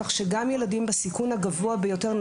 כך שגם ילדים בסיכון הגבוה ביותר,